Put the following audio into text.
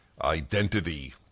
identity